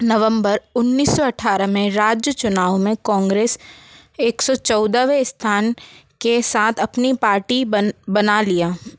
नवम्बर उन्नीस सौ अठारह मे राज्य चुनाव में कांग्रेस एक सौ चौदहवे स्थान के साथ अपनी पार्टी बना लिया